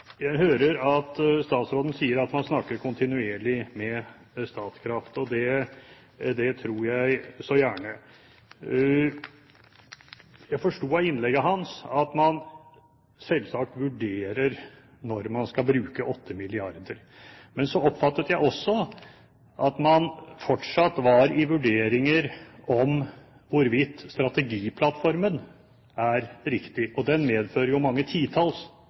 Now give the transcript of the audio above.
Jeg hører at statsråden sier at man snakker kontinuerlig med Statkraft, og det tror jeg så gjerne. Jeg forsto av innlegget hans at man selvsagt vurderer når man skal bruke 8 mrd. kr, men jeg oppfattet også at man fortsatt var i vurderinger om hvorvidt strategiplattformen er riktig – og den medfører jo mange titalls